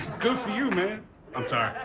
good for you, man i'm sorry.